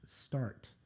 start